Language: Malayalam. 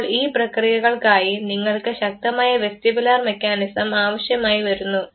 അപ്പോൾ ഈ പ്രക്രിയകൾക്കായി നിങ്ങൾക്കു ശക്തമായ വെസ്റ്റിബുലാർ മെക്കാനിസം ആവശ്യമായി വരുന്നു